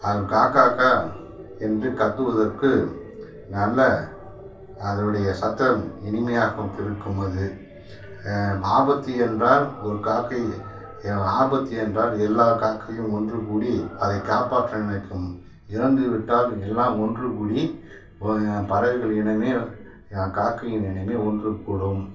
அது கா கா கா என்று கத்துவதற்கு நல்ல அதனுடைய சத்தம் இனிமையாக இருக்கும் அது ஆபத்து என்றால் ஒரு காக்கை ஏ ஆபத்து என்றால் எல்லா காக்கையும் ஒன்று கூடி அதை காப்பாற்ற நினைக்கும் இறந்துவிட்டால் எல்லாம் ஒன்று கூடி பறவைகள் இனமே காக்கையின் இனமே ஒன்று கூடும்